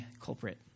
culprit